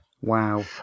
Wow